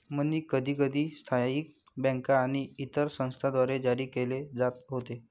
मनी कधीकधी स्थानिक बँका आणि इतर संस्थांद्वारे जारी केले जात होते